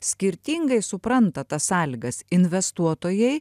skirtingai supranta tas sąlygas investuotojai